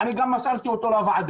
ואני גם מסרתי אותו לוועדה,